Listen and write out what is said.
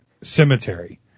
Cemetery